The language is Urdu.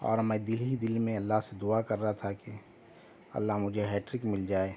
اور میں دل ہی دل میں اللہ سے دعا کر رہا تھا کہ اللہ مجھے ہیٹرک مل جائے